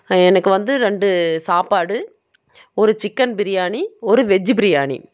எனக்கு வந்து ரெண்டு சாப்பாடு ஒரு சிக்கன் பிரியாணி ஒரு வெஜ் பிரியாணி